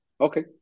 Okay